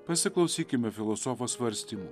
pasiklausykime filosofo svarstymų